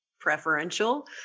preferential